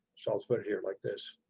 so i'll put it here like this.